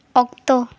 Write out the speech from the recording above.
ᱚᱠᱛᱚ